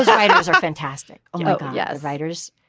writers are fantastic yeah writers.